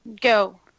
go